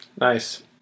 Nice